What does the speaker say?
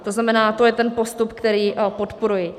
To znamená, to je ten postup, který podporuji.